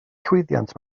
llwyddiant